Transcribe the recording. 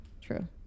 True